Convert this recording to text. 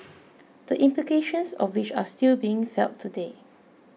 the implications of which are still being felt today